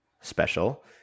special